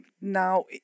now